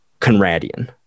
Conradian